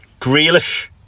Grealish